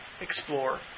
explore